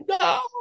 no